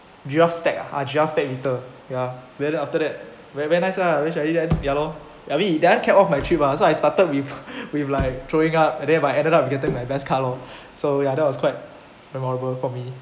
G_R stacked ah G_R stacked beetle ya then after that ve~ very nice lah then suddenly then ya lor I mean that one capped off my trip mah so I started with with like throwing up and then by ended up we getting my best card loh so ya that was quite memorable for me